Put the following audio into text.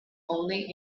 only